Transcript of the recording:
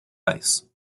ice